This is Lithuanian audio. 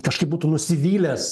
kažkaip būtų nusivylęs